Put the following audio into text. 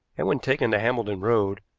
and, when taken to hambledon road,